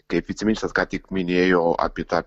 kaip viceministras ką tik minėjo apie tą